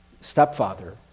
stepfather